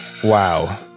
Wow